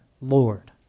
lord